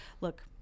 look